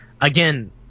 again